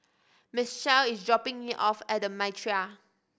Michell is dropping me off at The Mitraa